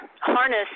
Harness